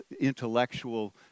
intellectual